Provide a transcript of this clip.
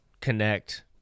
connect –